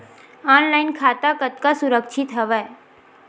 Online खाता कतका सुरक्षित हवय?